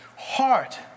Heart